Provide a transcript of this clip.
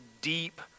deep